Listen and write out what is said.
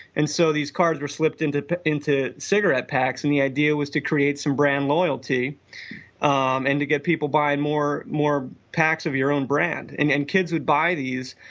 and so these cards were slipped into into cigarette packs and the idea was to create some brand loyalty um and to get people buy more more packs of your own brand. and and kids would buy these,